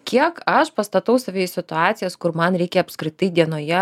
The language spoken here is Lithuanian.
kiek aš pastatau save į situacijas kur man reikia apskritai dienoje